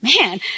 man